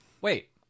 wait